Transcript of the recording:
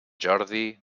jordi